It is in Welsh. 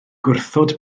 gwrthod